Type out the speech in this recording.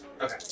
Okay